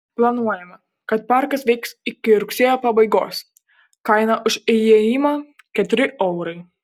planuojama kad parkas veiks iki rugsėjo pabaigos kaina už įėjimą keturi eurai